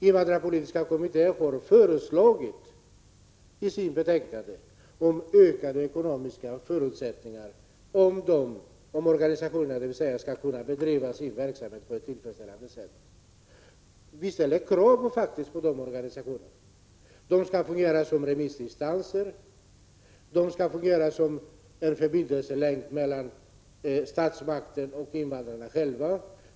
Invandrarpolitiska kommittén har i sitt betänkande föreslagit att organisationerna skall få bättre ekonomiska förutsättningar för att kunna bedriva sin verksamhet på ett tillfredsställande sätt. Vi ställer faktiskt krav på dessa organisationer. De skall fungera som remissinstanser och som en förbindelselänk mellan statsmakten och invandrarna själva.